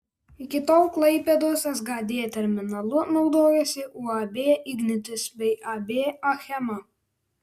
iki tol klaipėdos sgd terminalu naudojosi uab ignitis bei ab achema